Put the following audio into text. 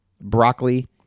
broccoli